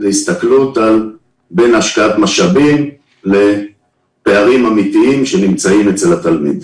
הסתכלות בין השקעת משאבים לפערים אמיתיים שנמצאים אצל התלמיד.